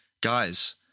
Guys